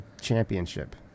championship